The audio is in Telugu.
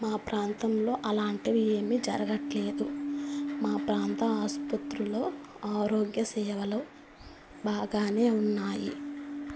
మా ప్రాంతంలో అలాంటివి ఏమి జరగట్లేదు మా ప్రాంత ఆసుపత్రులలో ఆరోగ్య సేవలు బాగానే ఉన్నాయి